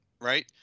right